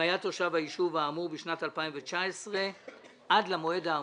אם היה תושב היישוב האמור בשנת 2019 עד למועד האמור.